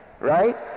right